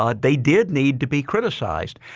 ah they did need to be criticized.